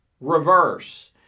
reverse